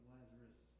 Lazarus